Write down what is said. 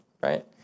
right